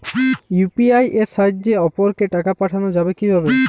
UPI এর সাহায্যে অপরকে টাকা পাঠানো যাবে কিভাবে?